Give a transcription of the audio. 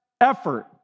effort